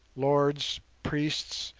lords, priests,